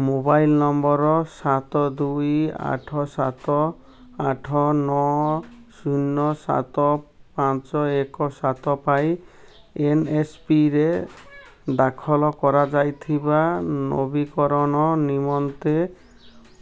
mobile number ସାତ ଦୁଇ ଆଠ ସାତ ଆଠ ନଅ ଶୂନ ସାତ ପାଞ୍ଚ ଏକ ସାତ ପାଇଁ ଏନ୍ଏସ୍ପିରେ ଦାଖଲ କରାଯାଇଥିବା ନବୀକରଣ ନିମନ୍ତେ